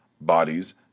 bodies